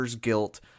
guilt